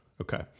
okay